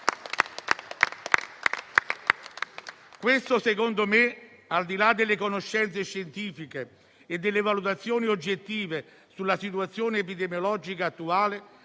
queste, a mio avviso, al di là delle conoscenze scientifiche e delle valutazioni oggettive sulla situazione epidemiologica attuale,